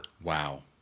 Wow